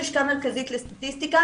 כלשכה המרכזית לסטטיסטיקה,